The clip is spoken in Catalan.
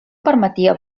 permetia